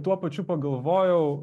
tuo pačiu pagalvojau